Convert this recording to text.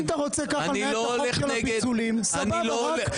אם אתה רוצה לנהל כך את החוק של הפיצולים, סבבה.